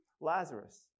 Lazarus